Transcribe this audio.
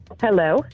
Hello